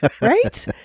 Right